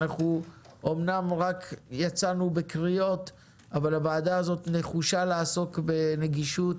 אמנם רק יצאנו בקריאות אבל הוועדה הזאת נחושה לעסוק בנגישות.